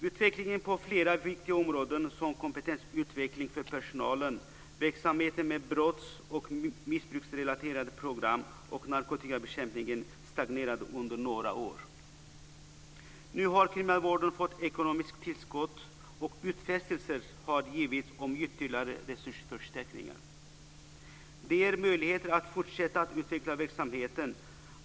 Utvecklingen på flera viktiga områden, t.ex. vad gäller kompetensutveckling för personalen, verksamheten med brotts och missbruksrelaterade program och narkotikabekämpningen, stagnerade under några år. Nu har kriminalvården fått ett ekonomiskt tillskott, och utfästelser har givits om ytterligare resursförstärkningar. Det ger möjligheter att fortsätta att utveckla verksamheten.